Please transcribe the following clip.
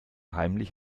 heimlich